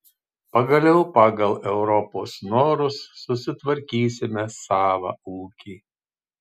pagaliau pagal europos norus susitvarkysime savą ūkį